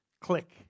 click